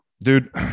dude